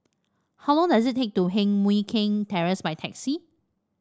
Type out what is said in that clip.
how long does it take to Heng Mui Keng Terrace by taxi